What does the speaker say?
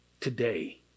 today